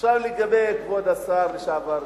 עכשיו לגבי כבוד השר לשעבר שטרית,